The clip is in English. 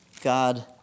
God